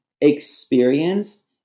experience